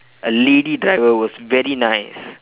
a lady driver was very nice